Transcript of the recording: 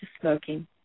smoking